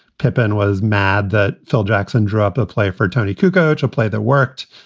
pippen was mad that phil jackson drew up a play for tony kyouko to play that worked,